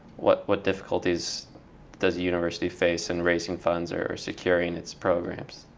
what what difficulties does a university face in raising funds, or securing its programs?